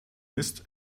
ist